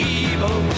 evil